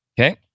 okay